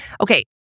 Okay